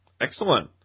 Excellent